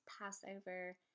Passover